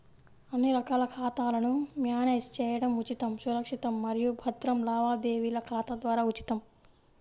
అన్ని రకాల ఖాతాలను మ్యానేజ్ చేయడం ఉచితం, సురక్షితం మరియు భద్రం లావాదేవీల ఖాతా ద్వారా ఉచితం